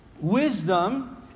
wisdom